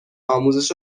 آموزش